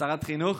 שרת חינוך,